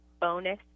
bonus